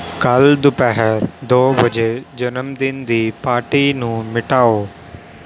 ਕੱਲ੍ਹ ਦੁਪਹਿਰ ਦੋ ਵਜੇ ਜਨਮਦਿਨ ਦੀ ਪਾਰਟੀ ਨੂੰ ਮਿਟਾਓ